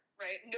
right